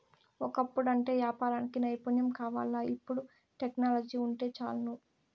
ఒకప్పుడంటే యాపారానికి నైపుణ్యం కావాల్ల, ఇపుడు టెక్నాలజీ వుంటే చాలును